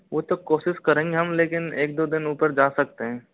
वो तो कोशिश करेंगे हम लेकिन एक दो दिन ऊपर जा सकते हैं